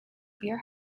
beer